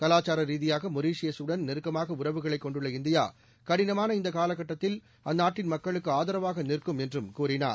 கலாச்சார ரீதியாக மொரிஷியசுடன் நெருக்கமாக உறவுகளை கொண்டுள்ள இந்தியா கடினமான இந்த காலக்கட்டத்தில் இந்தியா அந்நாட்டின் மக்களுக்கு ஆதரவாக நிற்கும் என்று கூறினார்